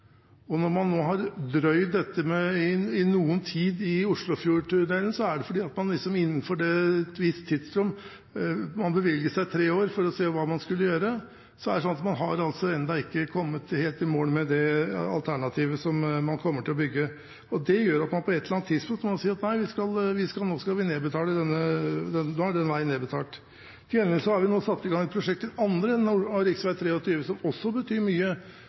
Og når man har drøyd dette i noe tid i forbindelse med Oslofjordtunellen, er det fordi man innenfor et visst tidsrom – man bevilget seg tre år for å se hva man skulle gjøre – ennå ikke har kommet helt i mål med det alternativet som man kommer til å bygge. Det gjør at man på et eller annet tidspunkt må si: Nå er denne veien nedbetalt. Til gjengjeld har vi nå satt i gang et prosjekt i den andre enden av rv. 23, som også betyr mye,